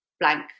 blank